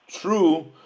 true